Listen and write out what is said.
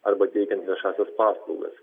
arba teikiant viešąsias paslaugas